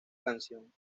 canción